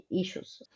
issues